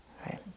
right